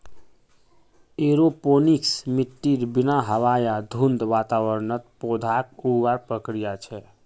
aeroponics मिट्टीर बिना हवा या धुंध वातावरणत पौधाक उगावार प्रक्रिया छे